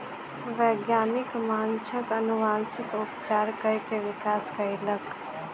वैज्ञानिक माँछक अनुवांशिक उपचार कय के विकास कयलक